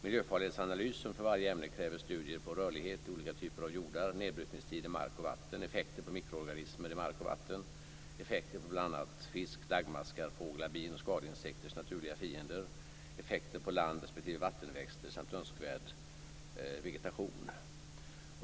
Miljöfarlighetsanalysen för varje ämne kräver studier på rörlighet i olika typer av jordar, nedbrytningstid i mark och vatten, effekter på mikroorganismer i mark och vatten, effekter på bl.a. fisk, daggmaskar, fåglar, bin och skadeinsekters naturliga fiender, effekter på landrespektive vattenväxter samt önskvärd vegetation.